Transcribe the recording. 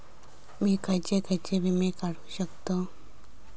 मी खयचे खयचे विमे काढू शकतय?